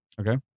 Okay